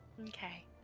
Okay